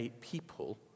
people